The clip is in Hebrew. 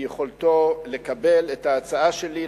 ביכולתו לקבל את ההצעה שלי,